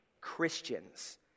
Christians